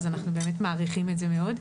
אז אנחנו באמת מעריכים את זה מאוד.